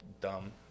dumb